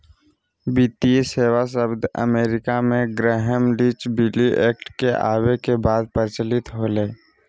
वित्तीय सेवा शब्द अमेरिका मे ग्रैहम लीच बिली एक्ट के आवे के बाद प्रचलित होलय